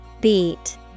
Beat